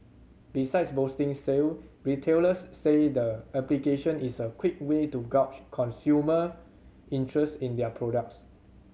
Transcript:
besides boosting sale retailers say the application is a quick way to gauge consumer interest in their products